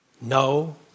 No